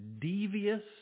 devious